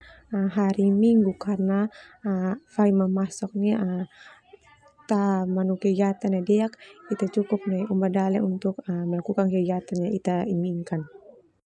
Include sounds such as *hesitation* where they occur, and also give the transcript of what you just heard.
Hari Minggu karna fai mamasok *hesitation* ndia tamanu kegiatan nai deak ita cukup nai uma dale.